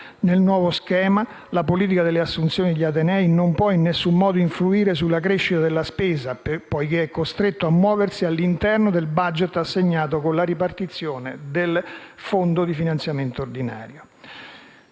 Nel nuovo schema, infatti, la politica delle assunzioni degli atenei non può in nessun modo influire sulla crescita della spesa poiché è costretta a muoversi all'interno del *budget* assegnato con la ripartizione del fondo di finanziamento ordinario.